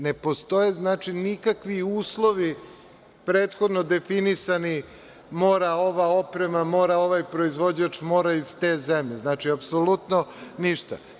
Ne postoje nikakvi uslovi prethodno definisani mora ova oprema, mora ovaj proizvođač, mora iz te zemlje, znači, apsolutno ništa.